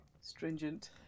stringent